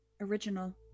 original